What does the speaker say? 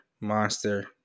Monster